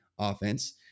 Offense